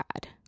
God